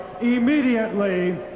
immediately